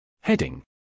Heading